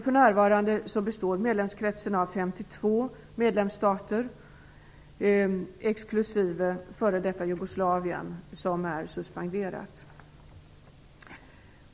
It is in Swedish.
För närvarande består medlemskretsen av 52 medlemsstater - exklusive f.d. Jugoslavien som är suspenderat.